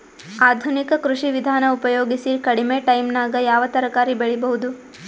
ಆಧುನಿಕ ಕೃಷಿ ವಿಧಾನ ಉಪಯೋಗಿಸಿ ಕಡಿಮ ಟೈಮನಾಗ ಯಾವ ತರಕಾರಿ ಬೆಳಿಬಹುದು?